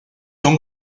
son